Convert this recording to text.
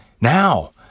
now